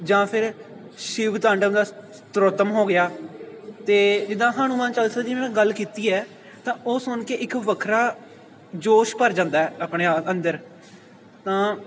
ਜਾਂ ਫਿਰ ਸ਼ਿਵ ਤਾਂਡਵ ਦਾ ਸਰੋਤਮ ਹੋ ਗਿਆ ਅਤੇ ਜਿੱਦਾਂ ਹਨੂੰਮਾਨ ਚਾਲੀਸਾ ਦੀ ਮੈਂ ਗੱਲ ਕੀਤੀ ਹੈ ਤਾਂ ਉਹ ਸੁਣ ਕੇ ਇੱਕ ਵੱਖਰਾ ਜੋਸ਼ ਭਰ ਜਾਂਦਾ ਆਪਣੇ ਆ ਅੰਦਰ ਤਾਂ